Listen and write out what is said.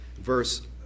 verse